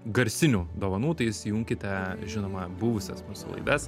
garsinių dovanų tai įsijunkite žinoma buvusias mūsų laidas